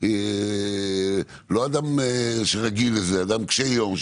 אדם קשה יום,